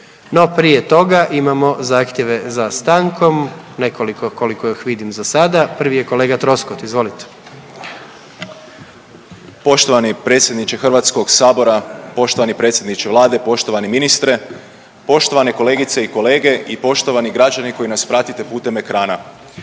prije toga imamo zahtjeve za stankom, nekoliko koliko ih vidim za sada, prvi je kolega Troskot, izvolite. **Troskot, Zvonimir (MOST)** Poštovani predsjedniče Hrvatskog sabora, poštovani predsjedniče vlade, poštovani ministre, poštovane kolegice i kolege i poštovani građani koji nas pratite putem ekrana,